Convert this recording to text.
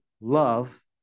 love